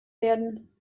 werden